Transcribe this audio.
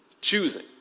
choosing